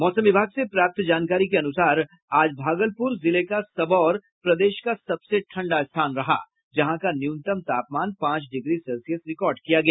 मौसम विभाग से प्राप्त जानकारी के अनुसार आज भागलपुर जिले का सबौर प्रदेश का सबसे ठंडा स्थान रहा जहां का न्यूनतम तापमान पांच डिग्री सेल्सियस रिकार्ड किया गया